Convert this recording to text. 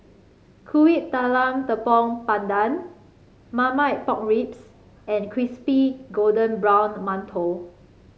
Kuih Talam Tepong Pandan Marmite Pork Ribs and Crispy Golden Brown Mantou